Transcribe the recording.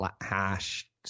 hash